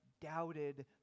doubted